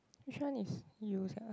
which one is used ah